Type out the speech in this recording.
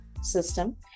system